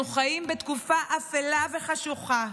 אנחנו חיים בתקופה אפלה וחשוכה,